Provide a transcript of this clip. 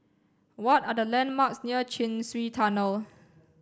what are the landmarks near Chin Swee Tunnel